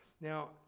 Now